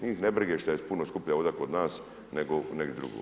Njih ne briga što je puno skuplja voda kod nas nego negdje drugo.